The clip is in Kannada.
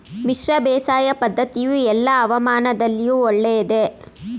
ಮಿಶ್ರ ಬೇಸಾಯ ಪದ್ದತಿಯು ಎಲ್ಲಾ ಹವಾಮಾನದಲ್ಲಿಯೂ ಒಳ್ಳೆಯದೇ?